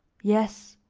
yes,